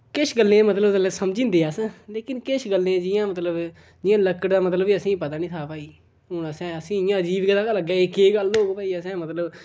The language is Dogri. किश गल्लें गी मतलब गल्लें गी समझी जंदे अस लेकिन किश गल्लें गी जि'यां मतलब जियां लकड़ दा मतलब बी असेंगी पता नेईं हा था भई हून असें असी इयां अजीब जेहा गै लगदा जे एह् केह् गल्ल होग भई असें मतलब